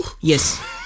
yes